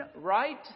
right